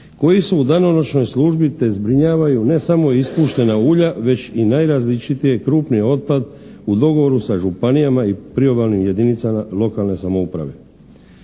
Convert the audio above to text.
koji su u danonoćnoj službi te zbrinjavaju ne samo ispuštena ulja već i najrazličitiji krupni otpad u dogovoru sa županijama i priobalnim jedinicama lokalne samouprave.